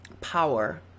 power